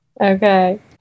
Okay